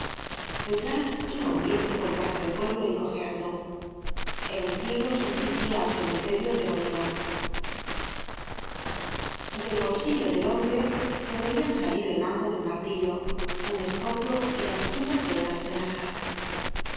detrás iba un viejo con traje del pueblo y cojeando el entierro se dirigia al cementerio vaugirard del bolsillo del hombre se veian salir el mango de un martillo un escoplo y las puntas de unas tenazas